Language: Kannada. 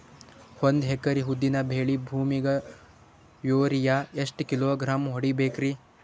ಒಂದ್ ಎಕರಿ ಉದ್ದಿನ ಬೇಳಿ ಭೂಮಿಗ ಯೋರಿಯ ಎಷ್ಟ ಕಿಲೋಗ್ರಾಂ ಹೊಡೀಬೇಕ್ರಿ?